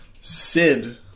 Sid